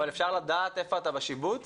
אבל אפשר לדעת איפה אתה בשיבוץ,